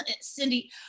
Cindy